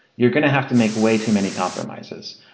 you're going to have to make way too many compromises.